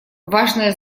важное